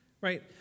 Right